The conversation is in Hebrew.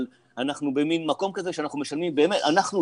אנחנו במין מקום כזה שאנחנו משלמים אנחנו,